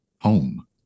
home